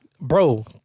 bro